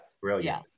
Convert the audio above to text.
Brilliant